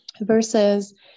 versus